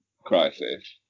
crisis